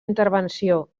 intervenció